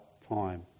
time